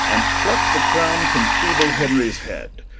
and plucke the crowne from feeble henries head.